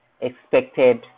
expected